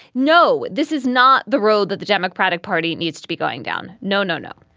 no, this is not the road that the democratic party needs to be going down. no, no, no